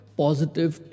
positive